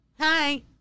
hi